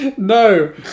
No